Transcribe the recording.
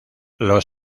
los